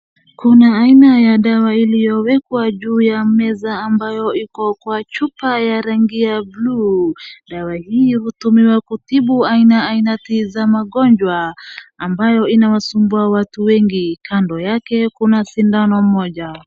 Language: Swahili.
Kuna aina ya dawa iliyowekwa juu ya meza ambayo iko kwa chupa ya rangi ya bluu. Dawa hii hutumiwa kutibu aina ainati za magonjwa ambayo inawasumbua watu wengi. Kando yake kuna sindano moja.